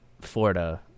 Florida